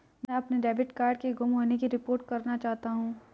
मैं अपने debit card के गुम होने की रिपोर्ट करना चाहता हूँ